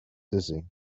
dizzy